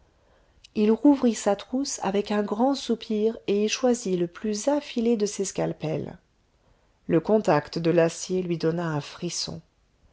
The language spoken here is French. il rouvrit sa trousse avec un grand soupir et y choisit le plus affilé de ses scalpels le contact de l'acier lui donna un frisson